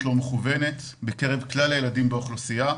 לא מכוונת בקרב כלל הילדים באוכלוסייה.